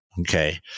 Okay